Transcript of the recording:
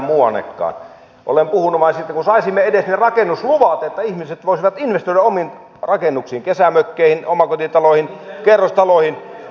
olen puhunut vain siitä että kun saisimme edes ne rakennusluvat että ihmiset voisivat investoida omiin rakennuksiin kesämökkeihin omakotitaloihin kerrostaloihin